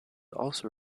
also